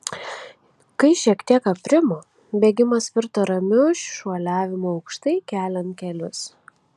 kai šiek tiek aprimo bėgimas virto ramiu šuoliavimu aukštai keliant kelius